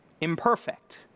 imperfect